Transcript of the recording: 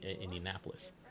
Indianapolis